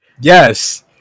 Yes